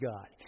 God